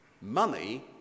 money